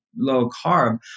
low-carb